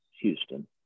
houston